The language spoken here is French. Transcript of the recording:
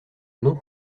nom